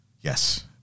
Yes